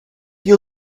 you